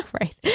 right